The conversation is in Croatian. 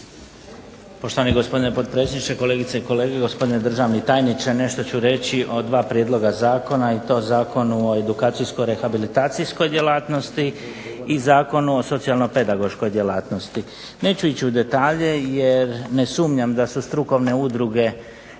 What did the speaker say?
Poštovani gospodine potpredsjedniče, kolegice i kolege, gospodine državni tajniče. Nešto ću reći o dva prijedloga zakona i to Zakon o edukacijsko-rehabilitacijskoj djelatnosti i Zakon o socijalno-pedagoškoj djelatnosti. Neću ići u detalje jer ne sumnjam da su strukovne udruge